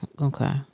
Okay